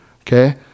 okay